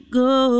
go